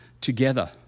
together